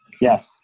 Yes